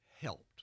helped